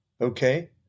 Okay